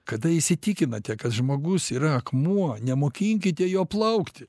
kada įsitikinate kad žmogus yra akmuo nemokinkite jo plaukti